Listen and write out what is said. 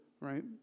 right